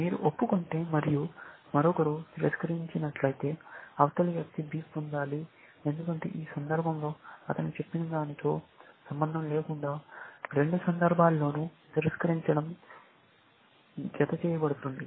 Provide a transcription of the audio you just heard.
మీరు ఒప్పుకుంటే మరియు మరొకరు తిరస్కరించి నట్లయితే అవతలి వ్యక్తి B పొందాలి ఎందుకంటే ఈ సందర్భంలో అతను చెప్పిన దానితో సంబంధం లేకుండా రెండు సందర్భాల్లోనూ తిరస్కరించడం జతచేయబడుతుంది